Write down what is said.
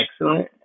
excellent